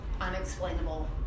unexplainable